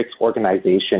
organization